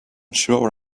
sure